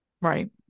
Right